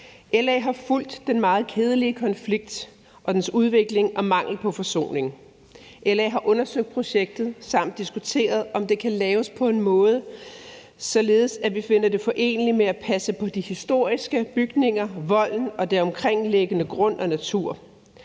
LA har fulgt den meget kedelige konflikt og dens udvikling og mangel på forsoning. LA har undersøgt projektet samt diskuteret, om det kan laves på en måde, som vi finder forenelig med at passe på de historiske bygninger, volden og den omkringliggende grund og natur.